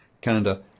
Canada